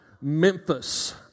Memphis